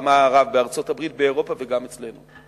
במערב, בארצות-הברית, באירופה וגם אצלנו.